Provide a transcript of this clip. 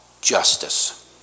justice